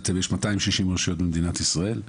יש 260 רשויות במדינת ישראל,